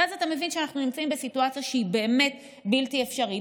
אתה מבין שאנחנו נמצאים בסיטואציה שהיא באמת בלתי אפשרית.